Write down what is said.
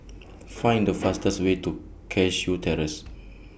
Find The fastest Way to Cashew Terrace